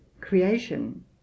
creation